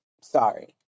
sorry